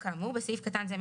בסעיף קטן זה,